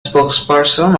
spokesperson